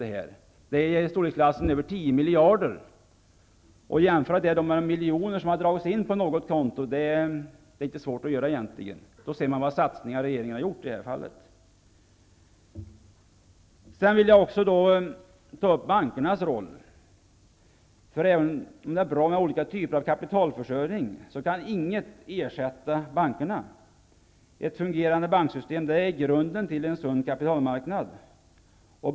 Det är i storleksordningen över 10 miljarder. Att jämföra det med de miljoner som har dragits in på något konto är egentligen litet svårt. Man ser här vilka satsningar regeringen har gjort. Jag vill också ta upp bankernas roll. Även om det är bra med olika typer av kapitalförsörjning kan inget ersätta bankerna. Ett fungerande banksystem är grunden till en sund kapitalmarknad.